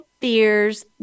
fears